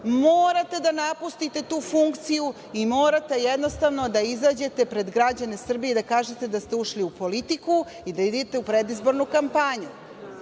morate da napustite tu funkciju i morate jednostavno da izađete pred građane Srbije da kažete da ste ušli u politiku i da idete predizbornu kampanju. Da